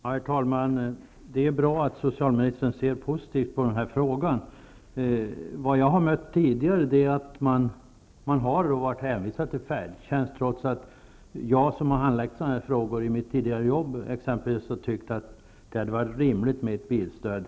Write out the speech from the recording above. Herr talman! Det är bra att socialministern ser positivt på denna fråga. Min erfarenhet från tidigare arbete då jag utredde frågor av detta slag är att dessa människor tidigare har varit hänvisade till färdtjänst trots att det hade varit rimligt med bilstöd.